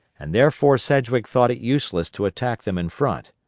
and therefore sedgwick thought it useless to attack them in front.